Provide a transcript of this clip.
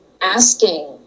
asking